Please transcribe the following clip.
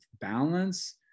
balance